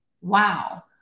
wow